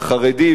ואני כרגע,